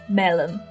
melon